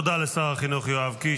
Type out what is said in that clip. תודה לשר החינוך יואב קיש.